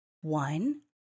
One